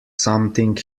something